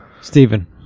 Stephen